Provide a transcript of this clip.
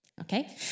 Okay